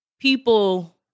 people